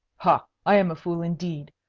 ha, i am a fool, indeed!